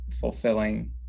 fulfilling